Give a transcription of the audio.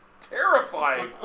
terrifying